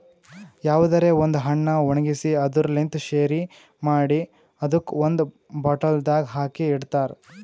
ಯಾವುದರೆ ಒಂದ್ ಹಣ್ಣ ಒಣ್ಗಿಸಿ ಅದುರ್ ಲಿಂತ್ ಶೆರಿ ಮಾಡಿ ಅದುಕ್ ಒಂದ್ ಬಾಟಲ್ದಾಗ್ ಹಾಕಿ ಇಡ್ತಾರ್